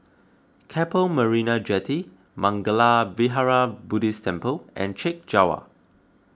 Keppel Marina Jetty Mangala Vihara Buddhist Temple and Chek Jawa